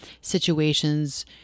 situations